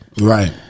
right